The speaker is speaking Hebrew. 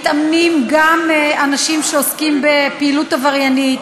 מתאמנים גם אנשים שעוסקים בפעילות עבריינית,